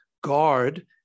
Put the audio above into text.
guard